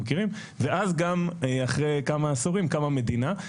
ואז גם אחרי כמה עשורים קמה מדינה.